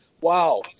wow